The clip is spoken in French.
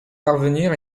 parvenir